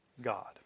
God